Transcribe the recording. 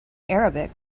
arabic